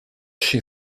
she